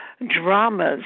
dramas